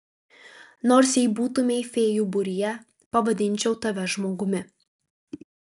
nors jei būtumei fėjų būryje pavadinčiau tave žmogumi